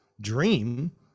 dream